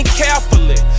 carefully